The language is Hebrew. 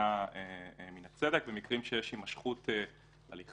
הגנה מן הצדק במקרים שיש הימשכות הליכים,